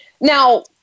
Now